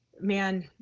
man